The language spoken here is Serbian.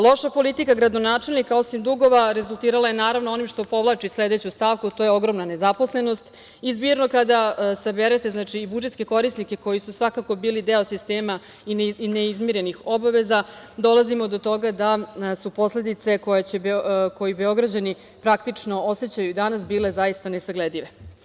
Loša politika gradonačelnika, osim dugova rezultirala je onim što povlači sledeću stavku, a to je ogromna nezaposlenost i zbirno kada saberete budžetske korisnike koji su svakako bili deo sistema i neizmirenih obaveza, dolazimo do toga da su posledice koje Beograđani praktično osećaju i danas, bile zaista nesagledive.